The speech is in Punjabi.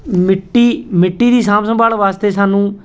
ਮਿੱਟੀ ਮਿੱਟੀ ਦੀ ਸਾਂਭ ਸੰਭਾਲ ਵਾਸਤੇ ਸਾਨੂੰ